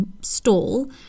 stall